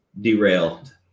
Derailed